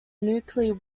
nuclear